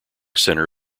center